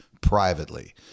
privately